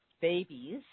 babies